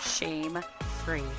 shame-free